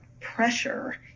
pressure